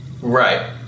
Right